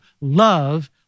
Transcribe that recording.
love